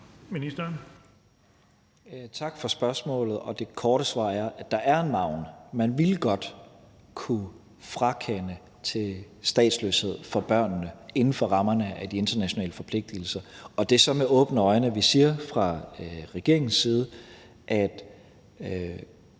Tak for spørgsmålet. Det korte svar er, at der er en margen. Man ville godt kunne frakende børnene til statsløshed inden for rammerne af de internationale forpligtelser, og det er med åbne øjne, at vi fra regeringens side går